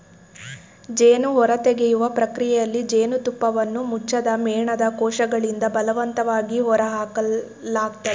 ಜೇನು ಹೊರತೆಗೆಯುವ ಪ್ರಕ್ರಿಯೆಯಲ್ಲಿ ಜೇನುತುಪ್ಪವನ್ನು ಮುಚ್ಚದ ಮೇಣದ ಕೋಶಗಳಿಂದ ಬಲವಂತವಾಗಿ ಹೊರಹಾಕಲಾಗ್ತದೆ